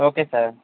okay sir